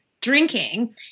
drinking